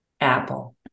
Apple